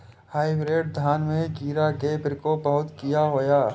Hybrid धान में कीरा के प्रकोप बहुत किया होया?